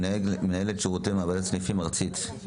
מנהלת שירותי מעבדה סניפיים ארצית,